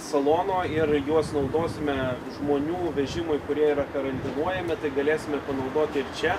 salono ir juos naudosime žmonių vežimui kurie yra karantinuojami tai galėsim ir panaudoti ir čia